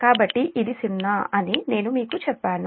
కాబట్టి ఇది '0' అని నేను మీకు చెప్పాను